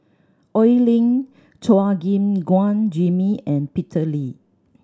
Oi Lin Chua Gim Guan Jimmy and Peter Lee